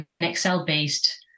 Excel-based